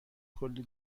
کلی